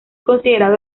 considerado